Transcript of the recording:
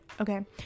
Okay